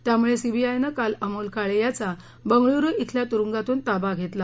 त्यामुळे सीबीआयनं काल अमोल काळे याचा बंगळूर शिल्या तुरुंगातून ताबा घेतला